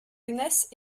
gneiss